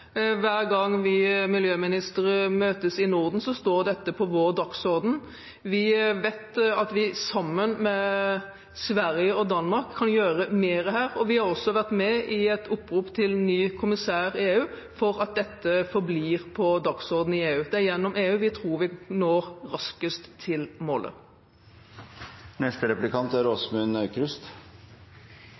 Hver gang vi miljøministre møtes i Norden, står dette på dagsordenen. Vi vet at vi sammen med Sverige og Danmark kan gjøre mer her, og vi har også vært med på et opprop til den nye kommisæren i EU om at dette forblir på dagsordenen i EU. Vi tror vi når raskest til